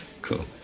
Cool